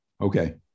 Okay